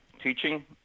teaching